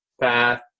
path